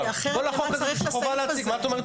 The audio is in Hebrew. בכל החוק הזה יש חובה להציג ואת פתאום אומרת